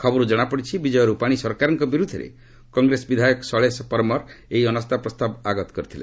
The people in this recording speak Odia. ଖବରରୁ ଜଣାପଡ଼ିଛି ବିଜୟ ରୂପାଣି ସରକାରଙ୍କ ବିରୁଦ୍ଧରେ କଂଗ୍ରେସ ବିଧାୟକ ଶୈଳେଶ ପରମ୍ର୍ ଏହି ଅନାସ୍ଥାପ୍ରସ୍ତାବ ଆଗତ କରିଛନ୍ତି